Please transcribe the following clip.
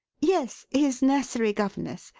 yes his nursery governess.